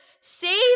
Save